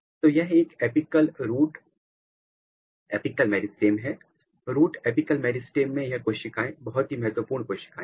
तो यह एक एपिकल रूट एपिकल मेरिस्टेम है रूट अपिकल मेरिस्टम में यह कोशिकाएं बहुत ही महत्वपूर्ण कोशिकाएं हैं